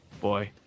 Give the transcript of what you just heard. boy